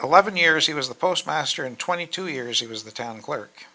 eleven years he was the postmaster in twenty two years he was the town clerk